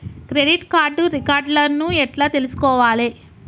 Credit card reward లను ఎట్ల తెలుసుకోవాలే?